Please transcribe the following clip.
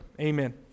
Amen